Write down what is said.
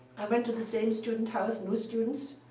i went to the same student house new students.